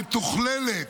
מתוכללת,